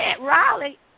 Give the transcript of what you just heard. Riley